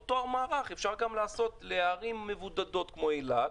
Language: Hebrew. את אותו מערך אפשר לעשות לערים מבודדות כמו אילת.